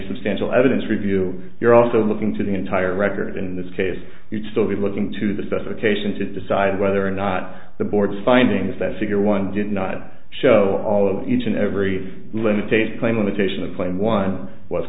substantial evidence review you're also looking to the entire record in this case you'd still be looking to the specifications to decide whether or not the board's findings that figure one did not show all of each and every limitation claim limitation of claim one was